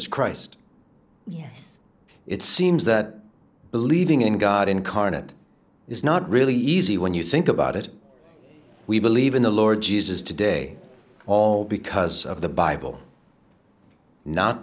as christ yes it seems that believing in god incarnate is not really easy when you think about it we believe in the lord jesus today all because of the bible not